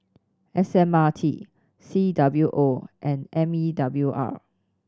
S M R T C W O and M E W R